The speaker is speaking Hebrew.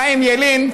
חיים ילין,